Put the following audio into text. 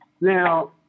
Now